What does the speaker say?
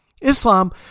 Islam